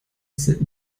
sind